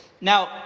Now